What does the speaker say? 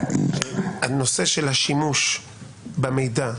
הנושא של השימוש במידע,